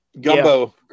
Gumbo